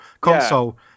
console